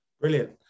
Brilliant